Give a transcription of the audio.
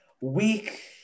week